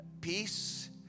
peace